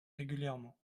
régulièrement